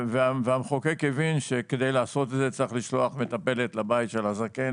המחוקק הבין שכדי לעשות את זה צריך לשלוח מטפלת לבית הזקן,